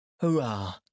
Hurrah